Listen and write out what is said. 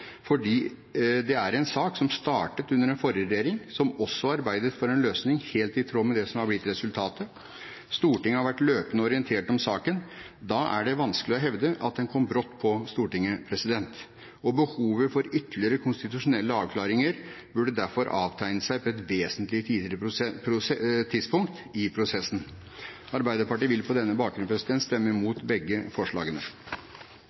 fordi det er en sak som startet under den forrige regjering, som også arbeidet for en løsning helt i tråd med det som er blitt resultatet. Stortinget har vært løpende orientert om saken. Da er det vanskelig å hevde at den kom brått på Stortinget, og behovet for ytterligere konstitusjonelle avklaringer burde derfor avtegnet seg på et vesentlig tidligere tidspunkt i prosessen. Arbeiderpartiet vil på denne bakgrunn stemme